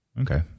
Okay